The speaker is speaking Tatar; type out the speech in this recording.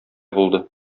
булды